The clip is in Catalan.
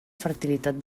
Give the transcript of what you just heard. fertilitat